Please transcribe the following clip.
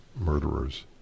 murderers